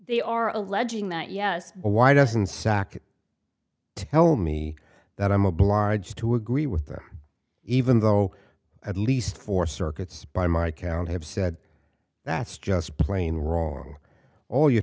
they are alleging that yes why doesn't sack tell me that i'm obliged to agree with them even though at least for circuits by my count have said that's just plain wrong all you're